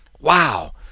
wow